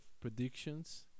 predictions